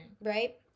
Right